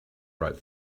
right